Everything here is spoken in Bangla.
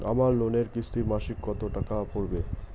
আমার লোনের কিস্তি মাসিক কত টাকা পড়বে?